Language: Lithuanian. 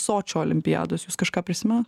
sočio olimpiados jūs kažką prisimenat